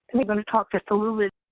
i mean going to talk just a little bit